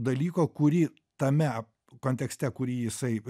dalyko kurį tame kontekste kurį jisai